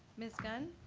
ms. gunn.